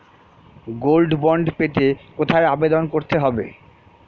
Gold bond পেতে কোথায় আবেদন করতে হবে?